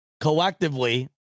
collectively